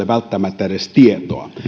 välttämättä edes tietoa